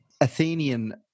Athenian